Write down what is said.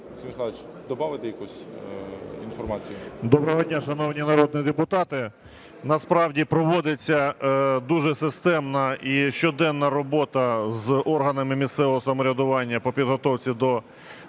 Доброго дня, шановні народні депутати! Насправді проводиться дуже системна і щоденна робота з органами місцевого самоврядування по підготовці до